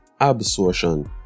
absorption